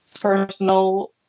personal